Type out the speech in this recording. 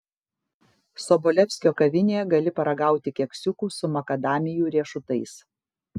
sobolevskio kavinėje gali paragauti keksiukų su makadamijų riešutais